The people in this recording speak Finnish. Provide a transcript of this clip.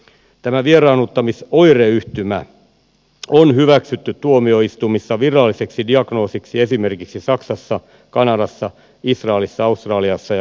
tämä vieraannuttamisoireyhtymä on hyväksytty tuomioistuimissa viralliseksi diagnoosiksi esimerkiksi saksassa kanadassa israelissa australiassa ja usassa